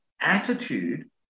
attitude